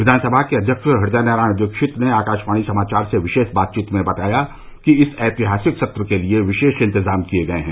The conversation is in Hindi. विधानसभा के अध्यक्ष हृदय नारायण दीक्षित ने आकाशवाणी समाचार से विशेष बातचीत में बताया कि इस ऐतिहासिक सत्र के लिये विशेष इंतजाम किये गये हैं